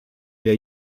der